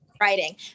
writing